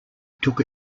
took